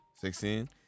Sixteen